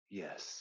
yes